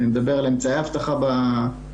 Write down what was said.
אני מדבר על אמצעי אבטחה בלשכות,